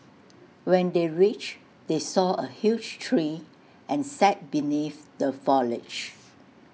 when they reached they saw A huge tree and sat beneath the foliage